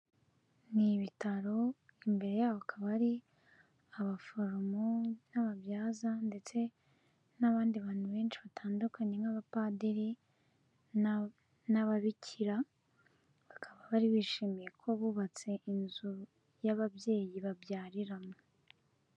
Ni ibitaro imbere yabo akaba ari abaforomo n'ababyaza ndetse n'abandi bantu benshi batandukanye nk'abapadiri n'ababikira. Bakaba bari bishimiye ko bubatse inzu y'ababyeyi babyariramo.